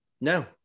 No